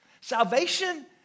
Salvation